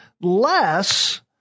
less